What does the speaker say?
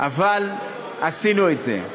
אבל עשינו את זה,